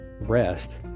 rest